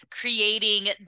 creating